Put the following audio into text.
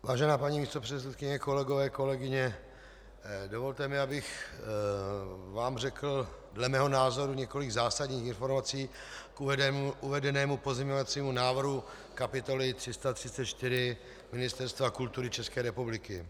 Vážená paní místopředsedkyně, kolegové, kolegyně, dovolte mi, abych vám řekl dle mého názoru několik zásadních informací k uvedenému pozměňovacímu návrhu kapitoly 334 Ministerstva kultury České republiky.